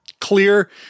clear